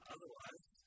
Otherwise